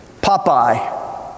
Popeye